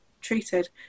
treated